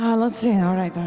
um let's see, all right,